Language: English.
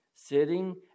sitting